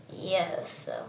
Yes